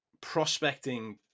prospecting